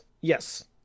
Yes